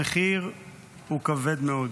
המחיר הוא כבד מאוד,